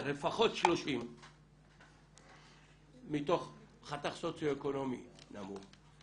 לפחות 30 מתוך חתך סוציו-אקונומי נמוך.